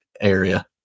area